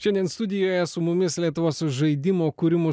šiandien studijoje su mumis lietuvos žaidimų kūrimo